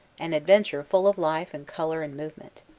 an adventure full of life and color and movement.